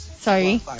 Sorry